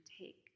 take